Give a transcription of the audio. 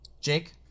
Jake